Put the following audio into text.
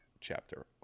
Chapter